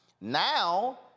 Now